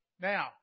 Now